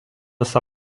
visą